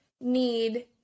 need